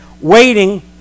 waiting